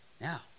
Now